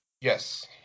Yes